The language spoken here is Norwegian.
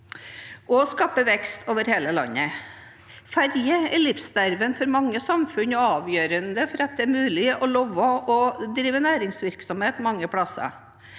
og skaper vekst over hele landet. Ferje er livsnerven for mange samfunn og avgjørende for at det er mulig å leve og drive næringsvirksomhet mange plasser.